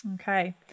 okay